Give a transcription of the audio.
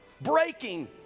breaking